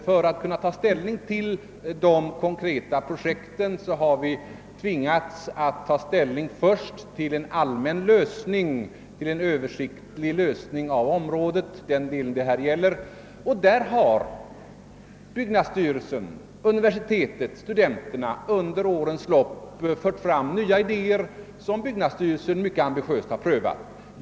För att kunna ta ställning till de konkreta projekten har vi tvingats att: först: bestämma oss. för en översiktlig lösning för den del av oms rådet det här gäller... Byggnadsstyrelsen, universitetet. och studenterna har under årens lopp fört fram nya. idéer, som byggnadsstyrelsen mycket ambitiöst har prövat.